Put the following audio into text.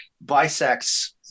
bisects